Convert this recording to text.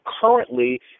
currently